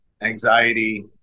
anxiety